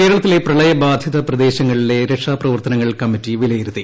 കേരളത്തിലെ പ്രളയബാധിത പ്രദേശങ്ങളിലെ രക്ഷാപ്രവർത്തനങ്ങൾ കമ്മിറ്റി വിലയിരുത്തി